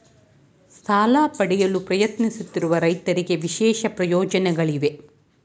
ಸಾಲ ಪಡೆಯಲು ಪ್ರಯತ್ನಿಸುತ್ತಿರುವ ರೈತರಿಗೆ ವಿಶೇಷ ಪ್ರಯೋಜನಗಳಿವೆಯೇ?